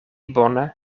bone